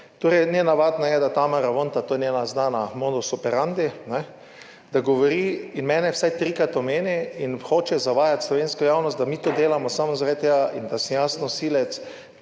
Torej nenavadno je, da Tamara Vonta, to je njena znana modus operandi, da govori in mene vsaj trikrat omeni in hoče zavajati slovensko javnost, da mi to delamo samo zaradi tega in da sem jaz nosilec